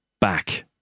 back